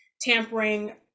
tampering